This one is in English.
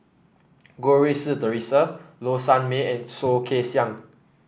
Goh Rui Si Theresa Low Sanmay and Soh Kay Siang